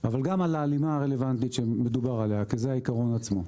אבל גם על ההלימה הרלוונטית שמדובר עליה כי זה העיקרון עצמו.